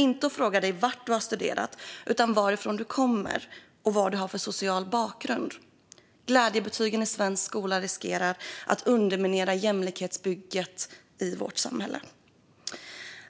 inte att fråga var du har studerat utan varifrån du kommer och vad du har för social bakgrund. Glädjebetygen i svensk skola riskerar att underminera jämlikhetsbygget i vårt samhälle.